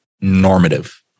normative